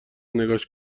نگاش